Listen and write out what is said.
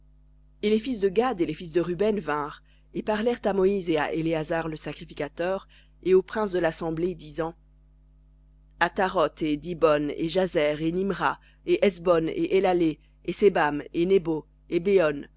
et les fils de gad et les fils de ruben vinrent et parlèrent à moïse et à éléazar le sacrificateur et aux princes de l'assemblée disant a ta et dibon et jahzer et nimra et hesbon et elhalé et sebam et nebo et